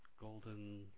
golden